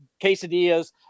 quesadillas